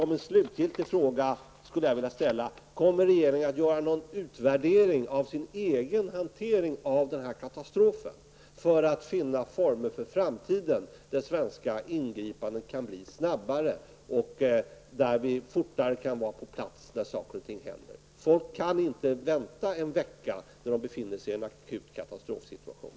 Den sista fråga jag skulle vilja ställa är: Kommer regeringen att göra någon utvärdering av sin egen hantering av den här katastrofen, för att finna former för framtiden, så att det svenska ingripandet kan bli snabbare och vi fortare kan vara på plats när saker och ting händer? Folk kan inte vänta en vecka när de befinner sig i en akut katastrofsituation.